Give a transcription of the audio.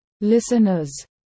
listeners